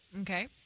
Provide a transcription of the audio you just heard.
Okay